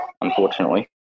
unfortunately